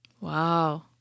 wow